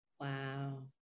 Wow